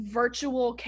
virtual